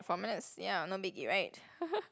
four minutes ya no biggie right